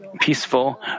peaceful